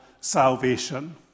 salvation